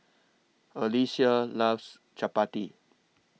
Alyssia loves Chappati